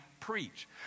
preach